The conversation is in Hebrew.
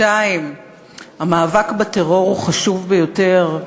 2. המאבק בטרור הוא חשוב ביותר,